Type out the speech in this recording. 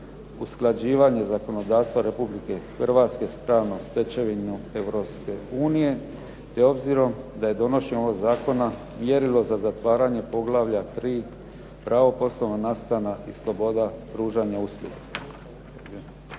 usklađivanje zakonodavstva Republike Hrvatske s pravnom stečevinom Europske unije te obzirom da je donošenje ovog zakona mjerilo za zatvaranje Poglavlja 3., Pravo poslovnog nastana i sloboda pružanja usluga.